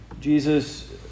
Jesus